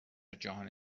جهان